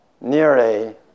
nearly